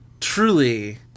truly